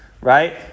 right